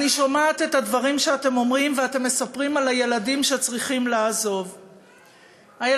והיא תעשה הכול כדי לכרוך אותנו